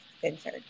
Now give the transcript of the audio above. centered